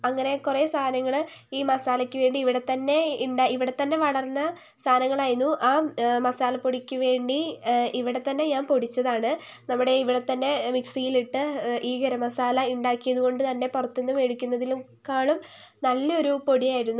അങ്ങനെ കുറേ സാധനങ്ങൾ ഈ മസാലയ്ക്കുവേണ്ടി ഇവിടെ തന്നെ ഇവിടെ തന്നെ വളർന്ന സാധനങ്ങളായിരുന്നു ആ മസാലപ്പൊടിക്കുവേണ്ടി ഇവിടെ തന്നെ ഞാൻ പൊടിച്ചതാണ് നമ്മുടെ ഇവിടെ തന്നെ മിക്സിയിൽ ഇട്ട് ഈ ഗരം മസാല ഉണ്ടാക്കിയതുകൊണ്ട് തന്നെ പുറത്തുനിന്നു മേടിക്കുന്നതിനേക്കാളും നല്ലൊരു പൊടിയായിരുന്നു